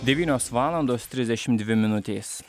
devynios valandos trisdešimt dvi minutės